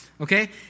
Okay